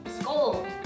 scold